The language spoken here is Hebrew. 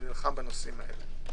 ואני נלחם בנושאים האלה,